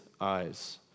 eyes